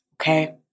Okay